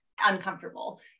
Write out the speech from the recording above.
uncomfortable